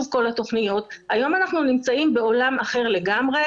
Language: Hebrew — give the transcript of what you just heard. היום אנחנו נמצאים בעולם אחר לגמרי.